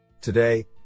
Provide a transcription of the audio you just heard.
Today